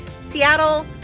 Seattle